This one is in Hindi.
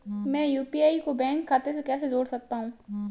मैं यू.पी.आई को बैंक खाते से कैसे जोड़ सकता हूँ?